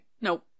Nope